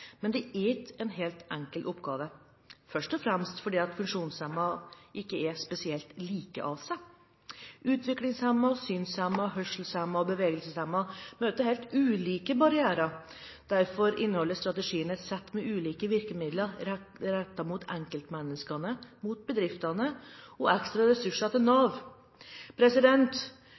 Men det er ikke en helt enkel oppgave, først og fremst fordi funksjonshemmede ikke er spesielt like. Utviklingshemmede, synshemmede, hørselshemmede og bevegelseshemmede møter helt ulike barrierer. Derfor inneholder strategien et sett med ulike virkemidler rettet mot enkeltmenneskene og mot bedriftene og med ekstra ressurser til Nav.